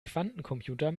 quantencomputer